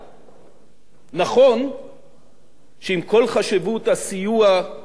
נכון שעם כל חשיבות הסיוע והתיאום,